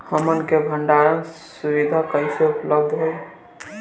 हमन के भंडारण सुविधा कइसे उपलब्ध होई?